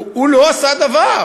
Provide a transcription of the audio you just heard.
הוא לא עשה דבר.